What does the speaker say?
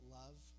love